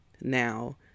now